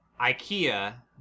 IKEA